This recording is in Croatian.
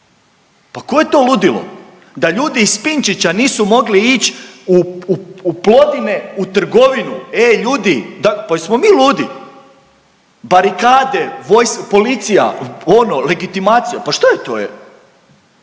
Pa koje je to ludilo da ljudi iz Pinčića nisu mogli ić u Plodine u trgovinu ej ljudi, pa jesmo mi ludi, barikade, policija, ono legitimacija ono pa što je to e?